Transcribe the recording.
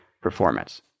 Performance